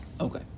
Okay